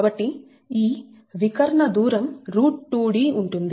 కాబట్టి ఈ వికర్ణ దూరం √2d ఉంటుంది